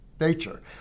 nature